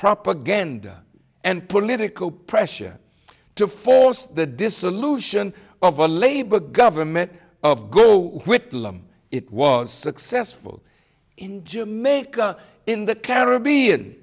propaganda and political pressure to force the dissolution of a labor government of go whitlam it was successful in jamaica in the caribbean